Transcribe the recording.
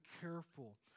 careful